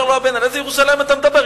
אומר לו הבן: על איזה ירושלים אתה מדבר?